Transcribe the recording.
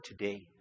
today